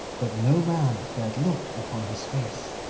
but no man dared look upon his face,